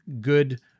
good